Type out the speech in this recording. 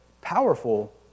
powerful